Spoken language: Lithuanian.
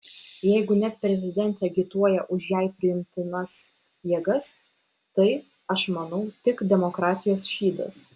jeigu net prezidentė agituoja už jai priimtinas jėgas tai aš manau tik demokratijos šydas